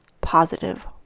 positive